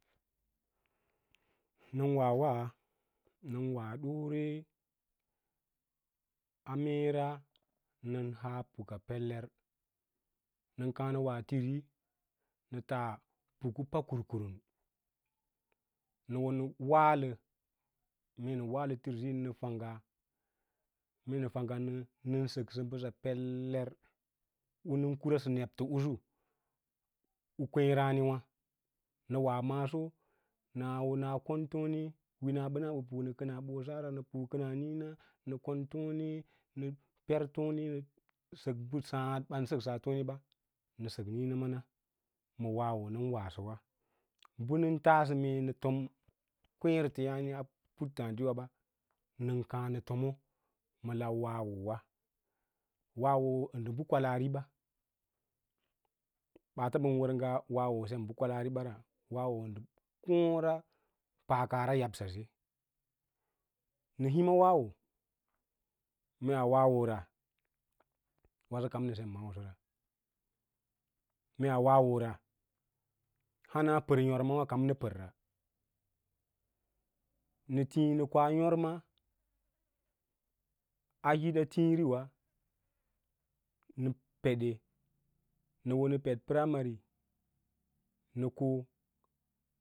Nən wa wa nən wa ɗoore a meera nən haa puka peler nən kaã nəwa tíiri nəu taa puku pakwukuran nə wo nə fangya mee nə fangga nə nən səksə mbəsa peller unən kura sə nebto usu u kweẽ raãnuwâ nə wa maaso nə wo naa kon tone winaɓəna ɓə pu kənaa ɓosara nə pu níína nə kon tone nə per tone nə sək mbə sǎǎ ɓan səksa tone ɓa nə sək níína mana ma wawo nə wasəu bə nən tas mee nə tom a kweẽ retey yane a puttaa diwa ba, nən kǎǎ nə tomoma lau wawowa wawo ndə bə kwalaviba, ɓaata ɓən wər ngaa wawo sem bə kwalaariɓa ra wawo ndə koora paakayab saye. Nə hima wawo mee wawo ra waso kam nə sem maawasora mee wawo a hana pər vâmawâ kam pəora nə tíí nə ka yôrma a hīdaa tiĩriwa nə peɗe, nə wo nə ped perimar nə ki.